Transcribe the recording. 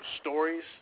stories